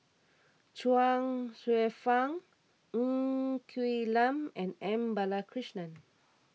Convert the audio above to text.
Chuang Hsueh Fang Ng Quee Lam and M Balakrishnan